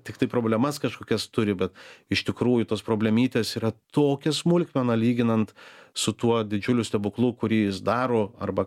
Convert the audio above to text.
tiktai problemas kažkokias turi bet iš tikrųjų tos problemytės yra tokia smulkmena lyginant su tuo didžiuliu stebuklu kurį jis daro arba